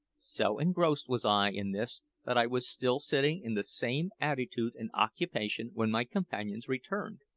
so engrossed was i in this that i was still sitting in the same attitude and occupation when my companions returned.